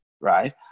right